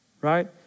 right